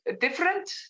different